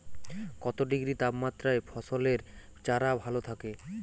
কত ডিগ্রি তাপমাত্রায় ফসলের চারা ভালো থাকে?